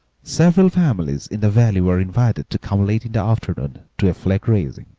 several families in the valley were invited to come late in the afternoon to a flag-raising.